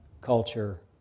culture